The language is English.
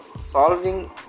solving